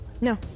No